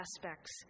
aspects